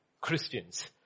Christians